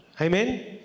Amen